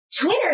Twitter